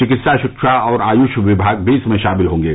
चिकित्सा शिक्षा और आयूष विभाग भी इसमें शामिल होंगे